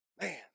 Man